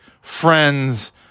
friends